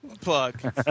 Plug